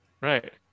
right